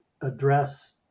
address